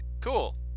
Cool